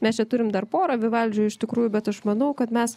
mes jau turim dar porą vivaldžio iš tikrųjų bet aš manau kad mes